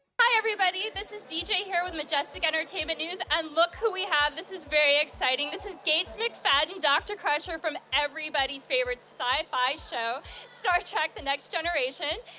hi everybody, this is dj here with majestic entertainment news and look who we have. this is very exciting. this is gates mcfadden. doctor crusher from everybody's favorite sci-fi show star trek the next generation.